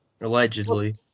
Allegedly